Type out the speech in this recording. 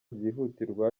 byihutirwa